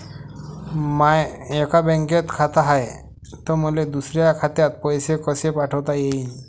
माय एका बँकेत खात हाय, त मले दुसऱ्या खात्यात पैसे कसे पाठवता येईन?